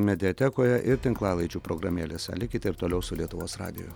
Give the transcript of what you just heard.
mediatekoje ir tinklalaidžių programėlėse likite ir toliau su lietuvos radiju